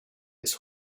its